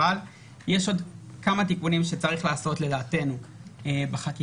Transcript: אבל יש עוד כמה תיקונים שצריך לעשות לדעתנו בחקיקה,